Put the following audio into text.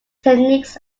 techniques